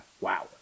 Wow